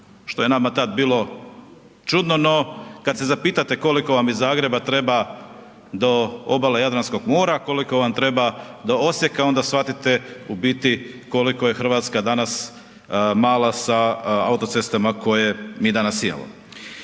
što je nama tad bilo čudno. No kada se zapitate koliko vam iz Zagreba treba do obale Jadranskog mora, koliko vam treba do Osijeka onda shvatite koliko je Hrvatska danas mala sa autocestama koje mi danas imamo.